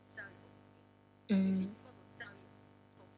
mm